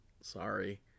sorry